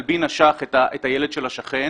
כלבי נשך את הילד של השכן.